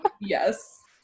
yes